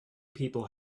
people